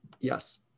yes